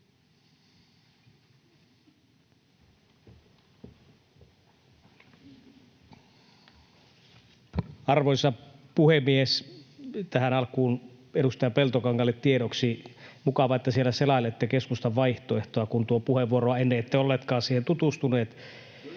Arvoisa puhemies! Tähän alkuun edustaja Peltokankaalle tiedoksi: mukava, että siellä selailette keskustan vaihtoehtoa, kun tuota puheenvuoroa ennen ette ollutkaan siihen tutustunut.